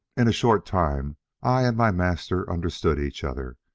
in a short time i and my master understood each other,